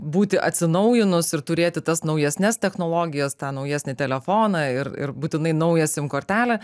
būti atsinaujinus ir turėti tas naujesnes technologijas tą naujesnį telefoną ir ir būtinai naują sim kortelę